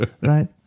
right